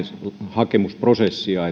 hakemusprosessia